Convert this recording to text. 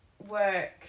work